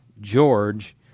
George